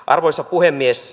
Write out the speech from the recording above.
arvoisa puhemies